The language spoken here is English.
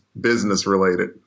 business-related